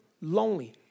lonely